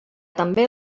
també